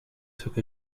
took